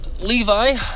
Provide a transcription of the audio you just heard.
Levi